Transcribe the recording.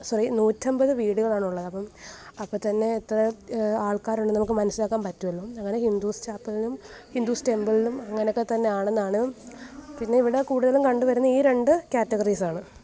sorry നൂറ്റിയൻപത് വീടുകളാണുള്ളത് അപ്പം അപ്പം തന്നെ എത്ര ആൾക്കാർ ഉണ്ടെന്ന് നമുക്കു മനസ്സിലാക്കാൻ പറ്റുമല്ലോ അങ്ങനെ ഹിന്ദുസ് ചാപ്പലിനും ഹിന്ദുസ് ടെമ്പിളിനും അങ്ങനെയൊക്കെ തന്നെ ആണെന്നാണ് പിന്നെ ഇവിടെ കൂടുതൽ കണ്ടുവരുന്നത് ഈ രണ്ടു കാറ്റഗറീസ് ആണ്